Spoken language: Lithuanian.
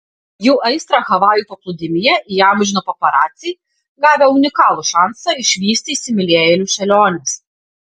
jų aistrą havajų paplūdimyje įamžino paparaciai gavę unikalų šansą išvysti įsimylėjėlių šėliones